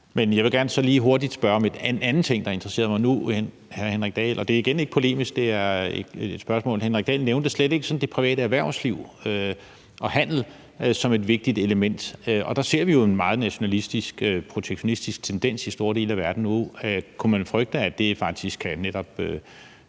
gerne lige hurtigt spørge om en anden ting, der interesserer mig – igen er det ikke polemisk. Hr. Henrik Dahl nævnte slet ikke det private erhvervsliv og handel som et vigtigt element. Der ser vi jo en meget nationalistisk, protektionistisk tendens i store dele af verden, og der kunne man frygte, at det faktisk